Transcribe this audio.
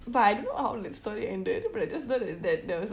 but I don't know how the story ended but I just know that there was